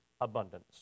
abundance